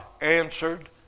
answered